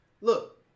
Look